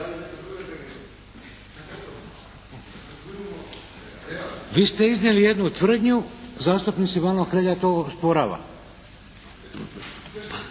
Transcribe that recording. Vi ste iznijeli jednu tvrdnju, zastupnik Silvano Hrelja to osporava.